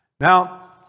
Now